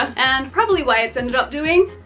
and probably why it's ended up doing